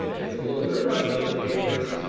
there was a little bit of rustling of papers.